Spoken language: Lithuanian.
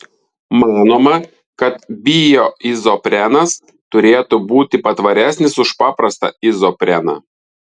manoma kad bioizoprenas turėtų būti patvaresnis už paprastą izopreną